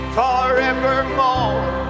forevermore